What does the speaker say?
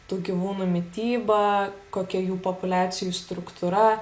tų gyvūnų mityba kokia jų populiacijų struktūra